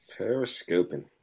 Periscoping